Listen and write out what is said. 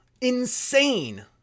Insane